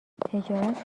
تجارت